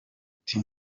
ati